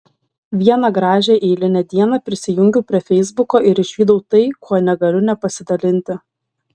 vieną gražią eilinę dieną prisijungiau prie feisbuko ir išvydau tai kuo negaliu nepasidalinti